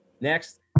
Next